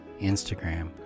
Instagram